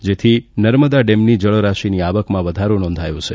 જેથી નર્મદા ડેમની જળ રાશિની આવકમાં વધારો નોંધાયો છે